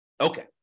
Okay